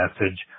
message